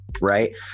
right